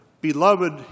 beloved